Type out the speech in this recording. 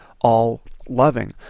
all-loving